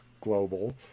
Global